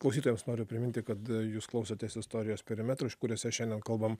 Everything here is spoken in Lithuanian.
klausytojams noriu priminti kad jūs klausotės istorijos perimetrų kuriuose šiandien kalbam